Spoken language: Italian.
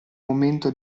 momento